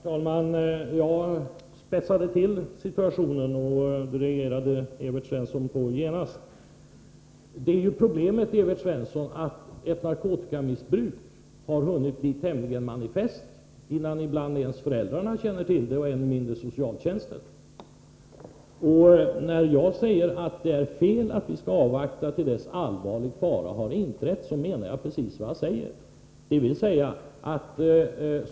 Herr talman! Jag spetsade till situationen, och det reagerade Evert Svensson på genast. Problemet är ju, Evert Svensson, att ett narkotikamissbruk har hunnit bli tämligen manifest innan ens föräldrarna, och ännu mindre socialtjänsten, känner till det. När jag säger att det är fel att avvakta till dess allvarlig fara har inträtt, så menar jag precis vad jag säger.